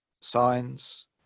signs